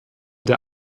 der